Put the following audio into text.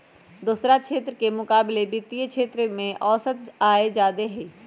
दोसरा क्षेत्र के मुकाबिले वित्तीय क्षेत्र में औसत आय जादे हई